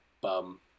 bum